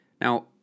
Now